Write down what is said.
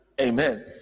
Amen